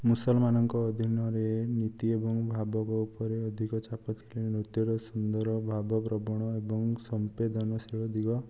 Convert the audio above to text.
ମୁସଲମାନମାନଙ୍କ ଅଧୀନରେ ନିତି ଏବଂ ଭାବ ଉପରେ ଅଧିକ ଚାପ ଥିଲା ନୃତ୍ୟର ସୁନ୍ଦର ଭାବପ୍ରବଣ ଏବଂ ସମ୍ବେଦନଶୀଳ ଦିଗ